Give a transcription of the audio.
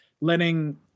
letting